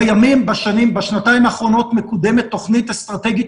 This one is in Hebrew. בשנתיים האחרונות מקודמת תוכנית אסטרטגית